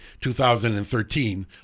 2013